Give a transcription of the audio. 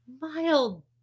mild